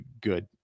good